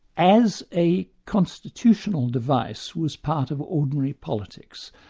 as a constitutional device was part of ordinary politics.